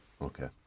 Okay